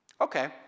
Okay